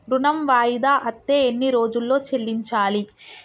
ఋణం వాయిదా అత్తే ఎన్ని రోజుల్లో చెల్లించాలి?